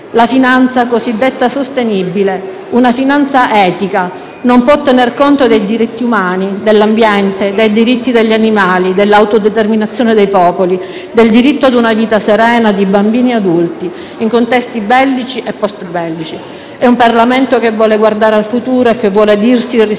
La finanza cosiddetta sostenibile, una finanza etica, non può non tener conto dei diritti umani, dell'ambiente, dei diritti degli animali, dell'autodeterminazione dei popoli, del diritto a una vita serena di bambini e adulti, in contesti bellici e *post* bellici. E un Parlamento che vuole guardare al futuro e che vuole dirsi rispettoso